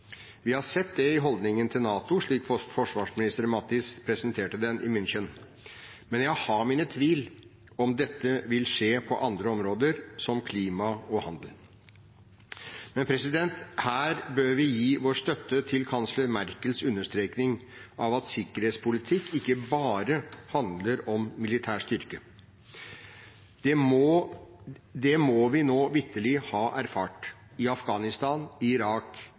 Vi har sett det i holdningen til NATO, slik forsvarsminister Mattis presenterte den i München, men jeg har mine tvil om dette vil skje på andre områder som klima og handel. Her bør vi gi vår støtte til kansler Merkels understrekning av at sikkerhetspolitikk ikke bare handler om militær styrke. Det må vi nå vitterlig ha erfart, i Afghanistan, i Irak,